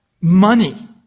money